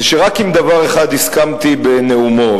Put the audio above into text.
שרק עם דבר אחד הסכמתי בנאומו,